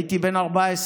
הייתי בן 14,